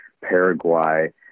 Paraguay